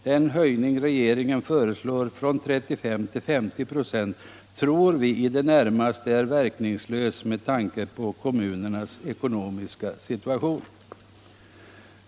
Den höjning rege ringen föreslår — från 35 till 50 926 — tror vi är i det närmaste verkningslös med tanke på kommunernas ekonomiska situation.